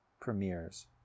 premieres